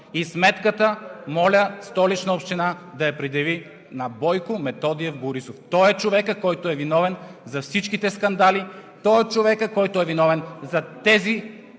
И сметката моля Столична община да я предяви на Бойко Методиев Борисов. Той е човекът, който е виновен за всичките скандали. Той е човекът, който е виновен за тези